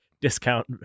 discount